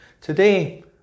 Today